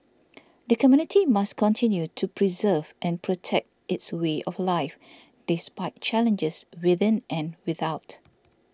the community must continue to preserve and protect its way of life despite challenges within and without